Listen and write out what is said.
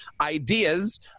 ideas